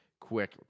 quick